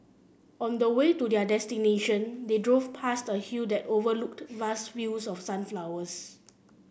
on the way to their destination they drove past a hill that overlooked vast fields of sunflowers